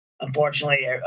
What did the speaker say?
Unfortunately